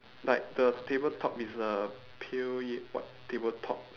like the tabletop is a pale y~ white tabletop